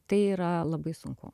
tai yra labai sunku